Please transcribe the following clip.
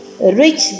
rich